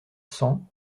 cents